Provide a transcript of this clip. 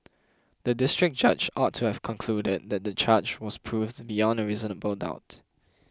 the District Judge ought to have concluded that the charge was proved beyond a reasonable doubt